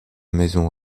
maison